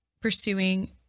pursuing